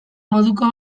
moduko